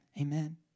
Amen